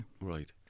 Right